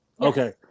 Okay